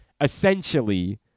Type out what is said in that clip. essentially